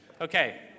Okay